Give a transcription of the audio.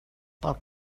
pel